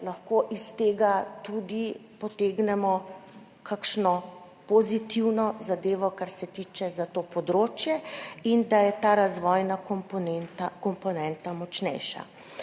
lahko iz tega tudi potegnemo kakšno pozitivno zadevo, kar se tiče tega področja, in da je ta razvojna komponenta močnejša.